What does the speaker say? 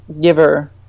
Giver